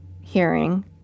hearing